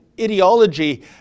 ideology